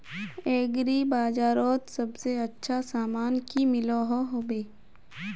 Agri बजारोत सबसे अच्छा सामान की मिलोहो होबे?